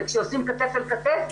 וכשעושים כתף אל כתף,